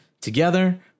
Together